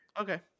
Okay